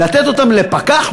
לתת אותן לפקח?